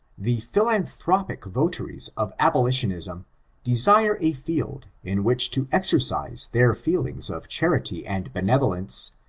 the philanthropic votaries of abolitionism desire a field in which to exercise their feelings of charity and benevolence,